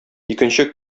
икенче